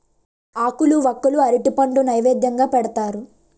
ఆకులు వక్కలు అరటిపండు నైవేద్యంగా పెడతారు